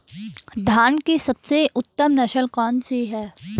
धान की सबसे उत्तम नस्ल कौन सी है?